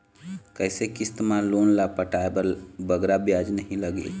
कइसे किस्त मा लोन ला पटाए बर बगरा ब्याज नहीं लगही?